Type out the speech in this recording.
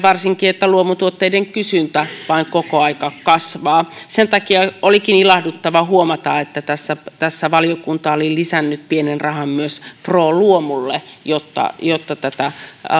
että luomutuotteiden kysyntä vain koko aika kasvaa sen takia olikin ilahduttavaa huomata että tässä tässä valiokunta oli lisännyt pienen rahan myös pro luomulle jotta jotta tätä